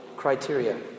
Criteria